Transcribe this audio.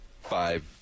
five